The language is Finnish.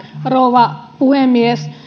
rouva puhemies